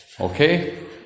Okay